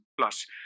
plus